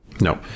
No